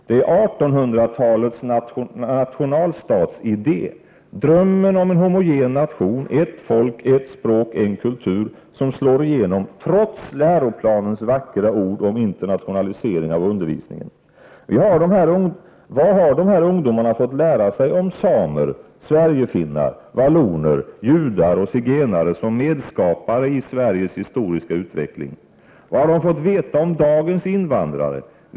Det är 1800-talets nationalstatsidé, drömmen om en homogen nation, ett folk, ett språk, en kultur som slår igenom trots läroplanens vackra ord om internationalisering i undervisningen. Vad har de här ungdomarna fått lära sig om samer, Sverigefinnar, valloner, judar och zigenare som medskapare i Sveriges historiska utveckling? Vad har de fått veta om dagens invandrare?